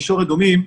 מישור אדומים,